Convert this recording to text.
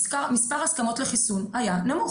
מספר ההסכמות לחיסון היה נמוך.